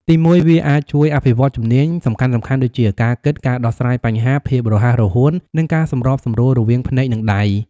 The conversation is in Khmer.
ទីមួយ វាអាចជួយ អភិវឌ្ឍជំនាញ សំខាន់ៗដូចជា ការគិត ការដោះស្រាយបញ្ហា ភាពរហ័សរហួន និងការសម្របសម្រួលរវាងភ្នែក និងដៃ។